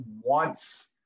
wants